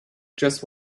just